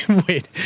wait,